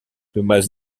thomas